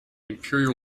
imperial